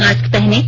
mask पहनें